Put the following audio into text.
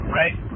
right